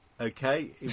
Okay